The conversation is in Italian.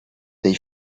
dei